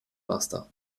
laster